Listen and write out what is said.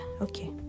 okay